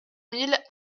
mille